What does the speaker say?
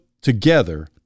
together